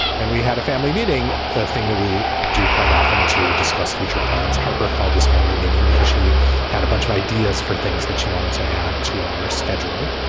and we had a family meeting thing that we do quite often to discuss future plans. harper called this family meeting because she had a bunch of ideas for things that she wanted to add to our schedule.